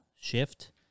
shift